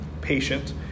patient